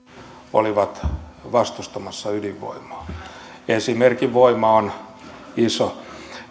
olivat vastustamassa ydinvoimaa esimerkin voima on iso